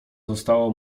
została